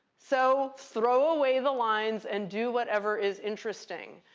so throw away the lines and do whatever is interesting.